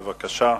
בבקשה.